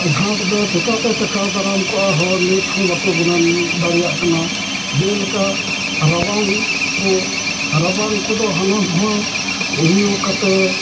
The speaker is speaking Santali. ᱟᱸᱡᱷᱟᱴ ᱫᱚ ᱪᱤᱠᱟᱹᱛᱮ ᱴᱮᱠᱟᱣ ᱫᱟᱨᱟᱢ ᱠᱚᱜᱼᱟ ᱦᱚᱲ ᱱᱤᱛ ᱦᱚᱸ ᱵᱟᱠᱚ ᱜᱩᱱᱟᱹᱱ ᱫᱟᱲᱮᱭᱟᱜ ᱠᱟᱱᱟ ᱡᱮᱞᱮᱠᱟ ᱨᱟᱵᱟᱝ ᱠᱚ ᱨᱟᱵᱟᱝ ᱠᱚᱫᱚ ᱦᱟᱱᱟ ᱱᱟᱣᱟ ᱚᱭᱳ ᱠᱟᱛᱮᱫ